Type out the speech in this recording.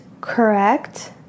correct